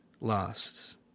lasts